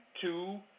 two